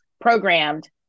programmed